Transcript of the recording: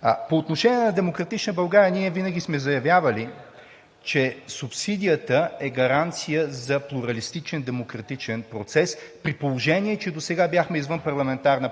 По отношение на „Демократична България“, ние винаги сме заявявали, че субсидията е гаранция за плуралистичен демократичен процес, при положение че досега бяхме извънпарламентарна